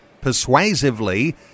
persuasively